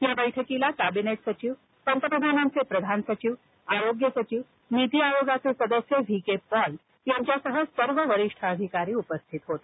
या बैठकीला कॅबिनेट सचिव पंतप्रधानांचे प्रधान सचिव आरोग्य सचिव नीती आयोगाचे सदस्य व्ही के पॉल यांच्यासह सर्व वरिष्ठ अधिकारी उपस्थित होते